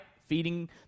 Feeding